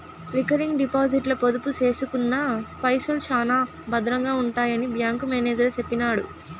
recurring డిపాజిట్ల పొదుపు సేసుకున్న పైసల్ శానా బద్రంగా ఉంటాయని బ్యాంకు మేనేజరు సెప్పినాడు